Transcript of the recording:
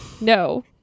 No